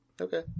Okay